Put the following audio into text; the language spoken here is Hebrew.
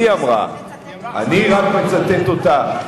את זה היא אמרה, ואני רק מצטט אותה.